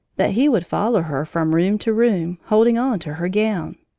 that he would follow her from room to room, holding on to her gown.